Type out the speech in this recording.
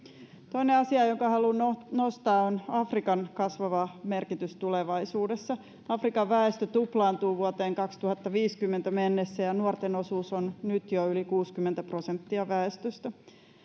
toinen asia jonka haluan nostaa on afrikan kasvava merkitys tulevaisuudessa afrikan väestö tuplaantuu vuoteen kaksituhattaviisikymmentä mennessä ja nuorten osuus on nyt jo yli kuusikymmentä prosenttia väestöstä